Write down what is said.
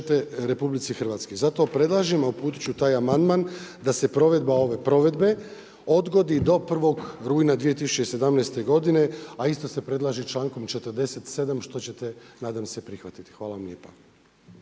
Republici Hrvatskoj. Zato predlažemo uputit ću taj amandman da se provedba ove provedbe odgodi do 1. rujna 2017. godine, a isto se predlaže člankom 47. što ćete nadam se prihvatiti. Hvala vam lijepa.